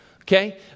okay